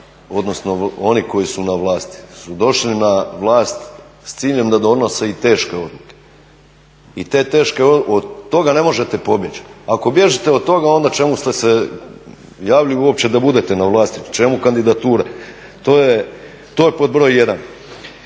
odnosno oni koji su na vlasti su došli na vlast sa ciljem da donose i teške odluke. I te teške, od toga ne možete pobjeći, ako bježite od toga onda čemu ste se javili uopće da budete na vlasti, čemu kandidatura. To je pod broj 1.